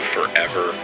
Forever